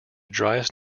driest